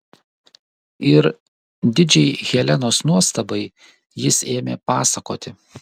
ir didžiai helenos nuostabai jis ėmė pasakoti